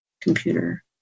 computer